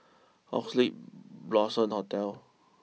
Oxley Blossom Hotel